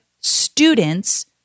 students